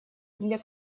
для